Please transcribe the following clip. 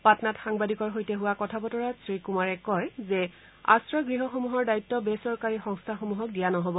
পাটনাত সাংবাদিকৰ সৈতে হোৱা কথা বতৰাত শ্ৰীকুমাৰে কয় যে আশ্ৰয়গৃহসমূহৰ দায়িত্ব বেচৰকাৰী সংস্থাসমূহক দিয়া নহব